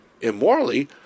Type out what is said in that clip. immorally